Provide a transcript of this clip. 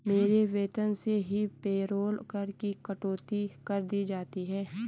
मेरे वेतन से ही पेरोल कर की कटौती कर दी जाती है